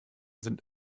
sind